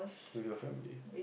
with your family